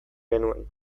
genuen